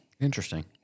Interesting